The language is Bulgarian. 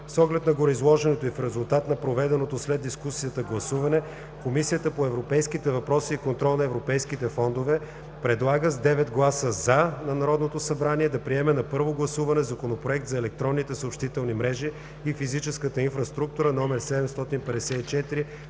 С оглед на гореизложеното и в резултат на проведеното след дискусията гласуване Комисията по европейските въпроси и контрол на европейските фондове единодушно предлага с 9 гласа „за” на Народното събрание да приеме на първо гласуване Законопроект за електронните съобщителни мрежи и физическата инфраструктура №